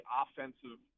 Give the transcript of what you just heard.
offensive